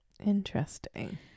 interesting